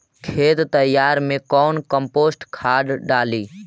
खेत तैयारी मे कौन कम्पोस्ट खाद डाली?